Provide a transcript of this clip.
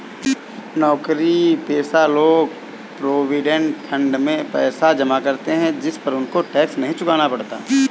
नौकरीपेशा लोग provident fund में पैसा जमा करते है जिस पर उनको टैक्स नहीं चुकाना पड़ता